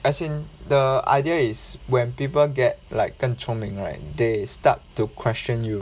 as in the idea is when people get like 更聪明 right they start to question you